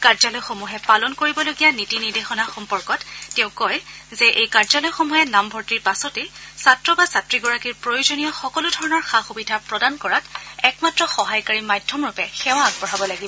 কাৰ্যালয়সমূহে পালন কৰিবলগীয়া নীতি নিৰ্দেশনা সম্পৰ্কত তেওঁ কয় যে এই কাৰ্যালয়সমূহে নামভৰ্তিৰ পাছতে ছাত্ৰ বা ছাত্ৰীগৰাকীৰ প্ৰয়োজনীয়া সকলোধৰণৰ সা সুবিধা প্ৰদান কৰাত একমাত্ৰ সহায়কাৰী মাধ্যমৰূপে সেৱা আগবঢ়াব লাগিব